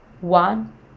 One